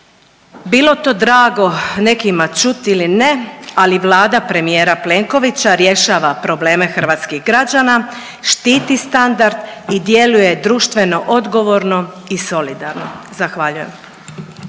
bilo to drago nekima čuti ili ne, ali Vlada premijera Plenkovića rješava probleme hrvatskih građana, štiti standard i djeluje društveno odgovorno i solidarno. Zahvaljujem.